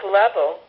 level